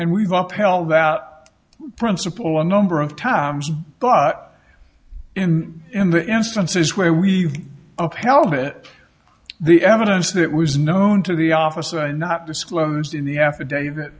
and we've apel that principle a number of times but in in the instances where we upheld it the evidence that was known to the office and not disclosed in the affidavit